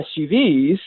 SUVs